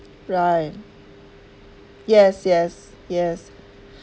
right yes yes yes